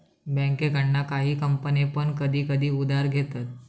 बँकेकडना काही कंपने पण कधी कधी उधार घेतत